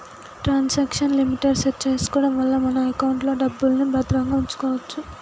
transaction limit set చేసుకోడం వల్ల మన ఎకౌంట్లో డబ్బుల్ని భద్రంగా వుంచుకోచ్చు